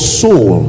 soul